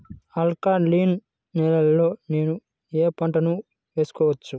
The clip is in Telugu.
ఆల్కలీన్ నేలలో నేనూ ఏ పంటను వేసుకోవచ్చు?